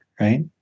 right